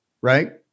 right